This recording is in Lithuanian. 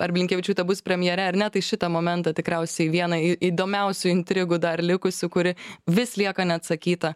ar blinkevičiūtė bus premjere ar ne tai šitą momentą tikriausiai vieną į įdomiausių intrigų dar likusių kuri vis lieka neatsakyta